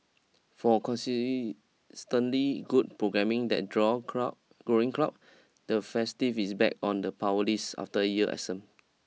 for good programming that draw crowd growing crowds the festive is back on the power list after a year absent